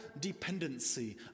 dependency